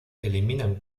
eliminan